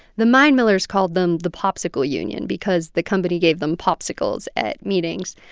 the mine millers called them the popsicle union because the company gave them popsicles at meetings.